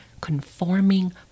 conforming